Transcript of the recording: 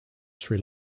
sri